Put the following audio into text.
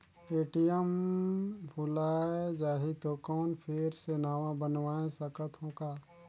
ATM भुलाये जाही तो कौन फिर से नवा बनवाय सकत हो का?